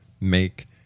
make